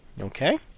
Okay